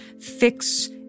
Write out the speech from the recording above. fix